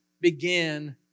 begin